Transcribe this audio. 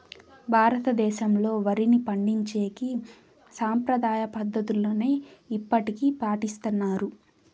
భారతదేశంలో, వరిని పండించేకి సాంప్రదాయ పద్ధతులనే ఇప్పటికీ పాటిస్తన్నారు